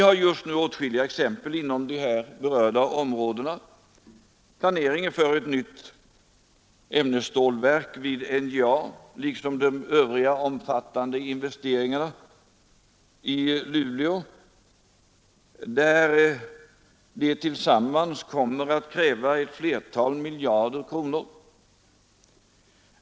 Jag kan ge åtskilliga exempel på statlig medverkan inom dessa områden just nu, bl.a. planeringen för ett nytt ämnesstålverk vid NJA liksom de övriga omfattande investeringar i Luleå som tillsammans kommer att kräva flera miljarder kronor.